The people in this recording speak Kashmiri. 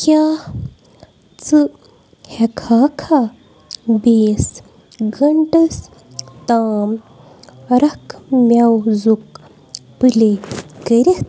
کیاہ ژٕ ہیکہٕ ہا کھا بیٚیس گنٹس تام رکھ میوٗزُک پلے کٔرِتھ